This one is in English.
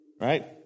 right